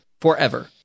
forever